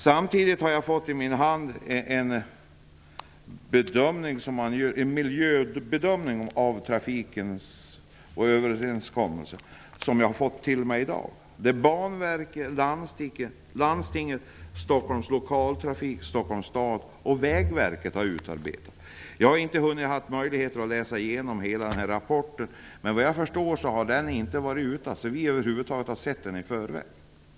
Nu har jag i dag fått i min hand en miljöbedömning av trafiköverenskommelsens konsekvenser. Stockholms stad och Vägverket har utarbetat rapporten. Jag har inte hunnit läsa igenom hela rapporten. Men vad jag förstår har ingen sett denna rapport tidigare.